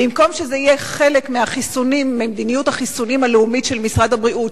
ובמקום שזה יהיה חלק ממדיניות החיסונים הלאומית של משרד הבריאות,